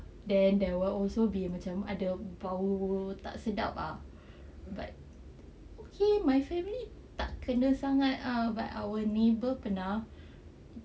then there will also be macam ada bau tak sedap ah but okay my family tak kena sangat ah but our neighbour pernah